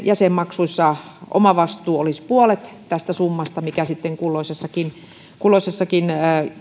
jäsenmaksuissa omavastuu olisi puolet tästä summasta mikä sitten kulloisessakin kulloisessakin